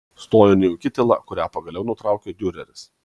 stojo nejauki tyla kurią pagaliau nutraukė diureris